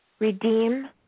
Redeem